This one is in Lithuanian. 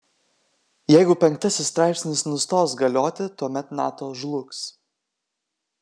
jeigu penktasis straipsnis nustos galioti tuomet nato žlugs